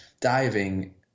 diving